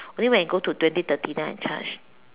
only when it go twenty thirty then I charge